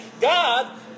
God